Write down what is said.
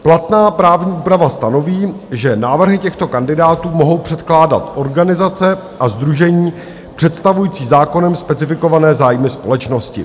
Platná právní úprava stanoví, že návrhy těchto kandidátů mohou předkládat organizace a sdružení představující zákonem specifikované zájmy společnosti.